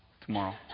tomorrow